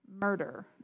murder